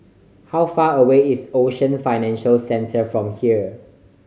how far away is Ocean Financial Centre from here